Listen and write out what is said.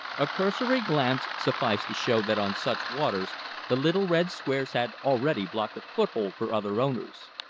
a cursory glance sufficed to show that on such waters the little red squares had already blocked a foothold for other owners.